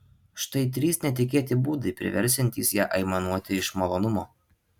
štai trys netikėti būdai priversiantys ją aimanuoti iš malonumo